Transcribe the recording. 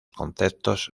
conceptos